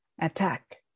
attack